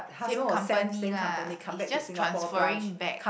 same company lah is just transferring back